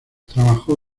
trabajó